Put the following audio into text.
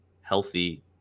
healthy